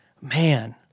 man